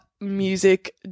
music